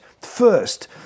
First